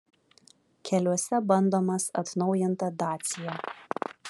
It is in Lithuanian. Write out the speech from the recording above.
keliuose bandomas atnaujinta dacia